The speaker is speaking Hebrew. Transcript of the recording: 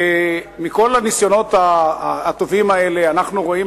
מכל הניסיונות הטובים האלה אנחנו רואים